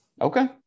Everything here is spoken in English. Okay